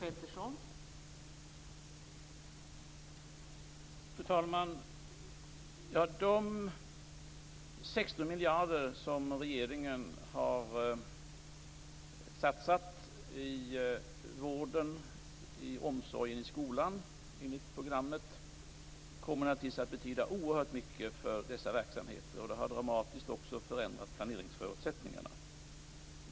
Fru talman! De 16 miljarder som regeringen har satsat i vården, omsorgen och skolan enligt programmet kommer naturligtvis att betyda oerhört mycket för dessa verksamheter, och det har dramatiskt också förändrat planeringsförutsättningarna.